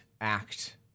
act